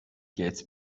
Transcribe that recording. گیتس